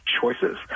choices